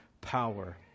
power